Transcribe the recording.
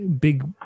big